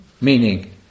Meaning